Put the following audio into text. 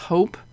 Hope